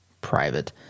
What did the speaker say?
private